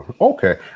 Okay